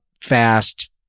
fast